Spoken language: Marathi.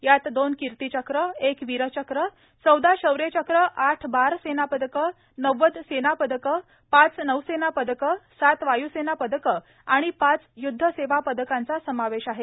यात दोन किर्तीचक्र एक वीरचक्र चौदा शौर्यचक्र आठ सेनापदकं पाच नौसेना पदकं सात वायुसेना पदकं आणि पाच युद्ध सेवा पदकांचा समावेश आहे